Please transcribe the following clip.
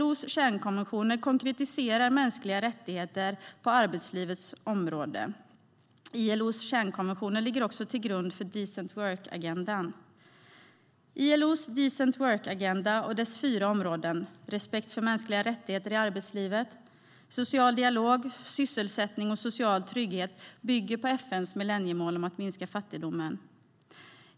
Där konkretiseras mänskliga rättigheter på arbetslivets område. ILO:s kärnkonventioner ligger också till grund för Decent Work-agendan. ILO:s Decent Work-agenda och dess fyra områden - respekt för mänskliga rättigheter i arbetslivet, social dialog, sysselsättning och social trygghet - bygger på FN:s millenniemål om att minska fattigdomen.